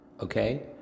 okay